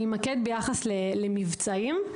אתמקד במבצעים.